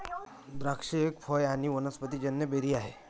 द्राक्ष एक फळ आणी वनस्पतिजन्य बेरी आहे